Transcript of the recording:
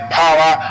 power